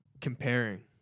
comparing